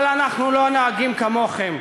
אבל אנחנו לא נוהגים כמוכם.